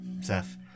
Seth